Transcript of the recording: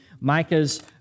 Micah's